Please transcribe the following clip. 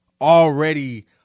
already